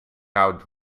out